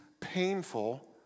painful